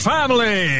Family